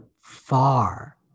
far